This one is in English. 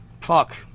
Fuck